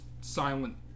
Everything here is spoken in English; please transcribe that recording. silent